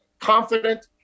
confident